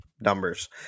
numbers